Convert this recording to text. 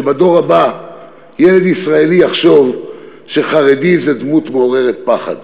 שבדור הבא ילד ישראלי יחשוב שחרדי זה דמות מעוררת פחד.